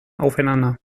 aufeinander